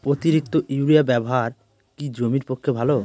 অতিরিক্ত ইউরিয়া ব্যবহার কি জমির পক্ষে ভালো?